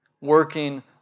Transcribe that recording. working